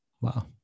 Wow